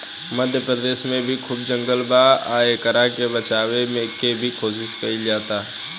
मध्य प्रदेश में भी खूब जंगल बा आ एकरा के बचावे के भी कोशिश कईल जाता